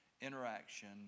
interaction